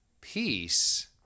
peace